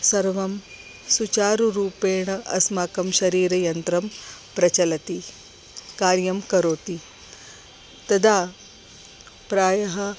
सर्वं सुचारुरूपेण अस्माकं शरीरयन्त्रं प्रचलति कार्यं करोति तदा प्रायः